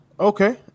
Okay